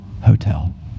hotel